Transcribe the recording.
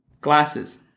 glasses